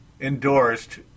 endorsed